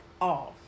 off